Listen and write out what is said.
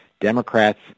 Democrats